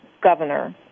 governor